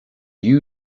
you